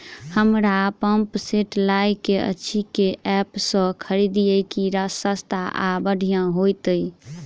हमरा pump set लय केँ अछि केँ ऐप सँ खरिदियै की सस्ता आ बढ़िया हेतइ?